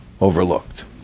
overlooked